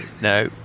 no